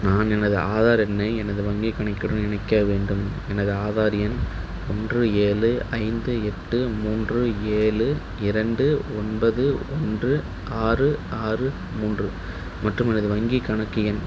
நான் எனது ஆதார் எண்ணை எனது வங்கி கணக்குடன் இணைக்க வேண்டும் எனது ஆதார் எண் ஒன்று ஏழு ஐந்து எட்டு மூன்று ஏழு இரண்டு ஒன்பது ஒன்று ஆறு ஆறு மூன்று மற்றும் எனது வங்கி கணக்கு எண்